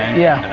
yeah.